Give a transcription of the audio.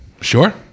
Sure